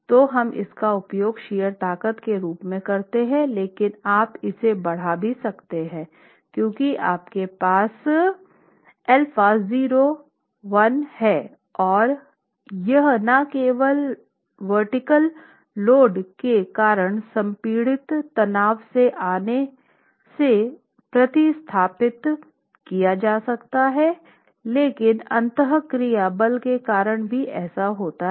तो हम इसका उपयोग शियर ताकत के रूप में करते हैं लेकिन आप इसे बढ़ा भी सकते हैं क्योंकि आपके पास है और यह न केवल ऊर्ध्वाधर लोड के कारण संपीड़ित तनाव से आने से प्रतिस्थापित किया जा सकता हैलेकिन अंतःक्रिया बल के कारण भी ऐसा होता है